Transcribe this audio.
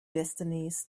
destinies